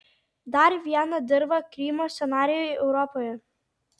dar viena dirva krymo scenarijui europoje